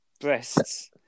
breasts